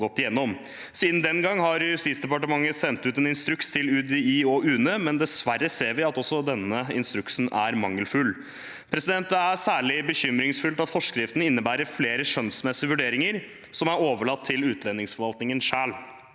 Siden den gang har Justisdepartementet sendt ut en instruks til UDI og UNE, men dessverre ser vi at også denne instruksen er mangelfull. Det er særlig bekymringsfullt at forskriften innebærer flere skjønnsmessige vurderinger som er overlatt til utlendingsforvaltningen selv.